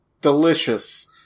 Delicious